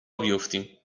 بیفتیم